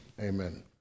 Amen